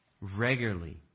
regularly